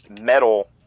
metal